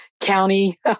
County